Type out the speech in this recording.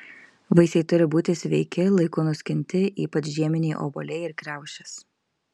vaisiai turi būti sveiki laiku nuskinti ypač žieminiai obuoliai ir kriaušės